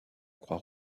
croix